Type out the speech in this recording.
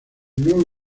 nuevo